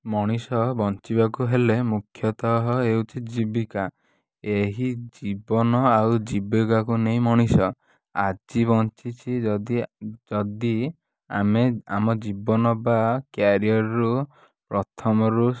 ମଣିଷ ବଞ୍ଚିବାକୁ ହେଲେ ମୁଖ୍ୟତଃ ହେଉଛି ଜୀବିକା ଏହି ଜୀବନ ଆଉ ଜୀବିକାକୁ ନେଇ ମଣିଷ ଆଜି ବଞ୍ଚିଛି ଯଦି ଯଦି ଆମେ ଆମ ଜୀବନ ବା କ୍ୟାରିଅର୍ରୁ ପ୍ରଥମରୁ